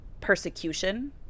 persecution